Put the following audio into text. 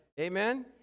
amen